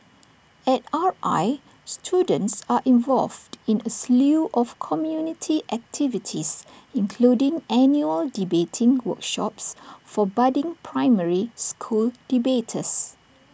at R I students are involved in A slew of community activities including annual debating workshops for budding primary school debaters